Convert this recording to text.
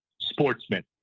sportsman